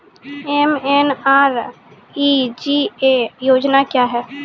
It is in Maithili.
एम.एन.आर.ई.जी.ए योजना क्या हैं?